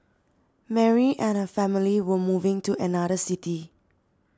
Mary and her family were moving to another city